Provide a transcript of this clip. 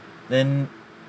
then